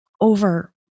over